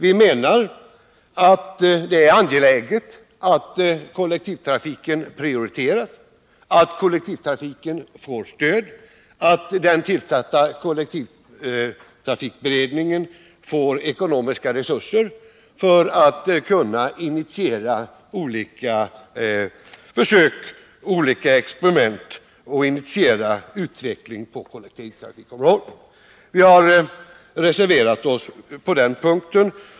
Vi menar att det är angeläget att kollektivtrafiken prioriteras och får stöd, att den tillsatta kollektivtrafikberedningen får ekonomiska resurser för att kunna initiera olika försök och experiment, initiera utveckling på kollektivtrafikområdet.